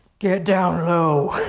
get down low.